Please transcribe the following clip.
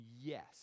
yes